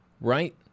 right